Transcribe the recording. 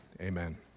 Amen